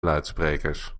luidsprekers